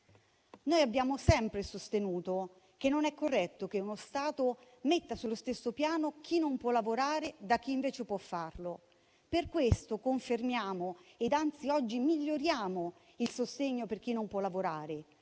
Noi abbiamo sempre sostenuto che non è corretto che uno Stato metta sullo stesso piano chi non può lavorare e chi invece può farlo. Per questo confermiamo, e anzi oggi miglioriamo il sostegno per chi non può lavorare: